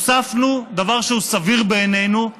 הוספנו דבר שהוא סביר בעינינו,